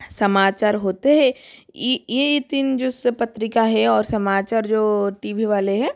समाचार होते हैं ये ये तीन जो ऐसे पत्रिका है और समाचार जो टी वी वाले है